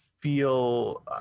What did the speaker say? feel